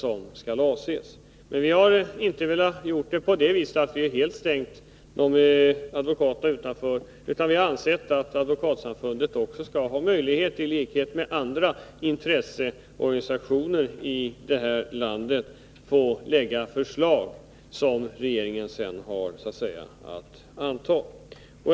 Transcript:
Vi har emellertid inte velat göra detta på så sätt att vi helt ställt advokaterna utanför, utan vi har ansett att Advokatsamfundet också skall ha möjlighet att, i likhet med andra intresseorganisationer i det här landet, lägga fram sina förslag, som regeringen sedan har att ta ställning till och eventuellt anta.